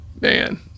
man